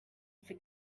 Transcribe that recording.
for